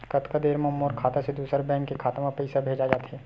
कतका देर मा मोर खाता से दूसरा बैंक के खाता मा पईसा भेजा जाथे?